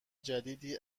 جدیدی